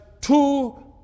two